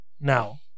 now